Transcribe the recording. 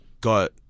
got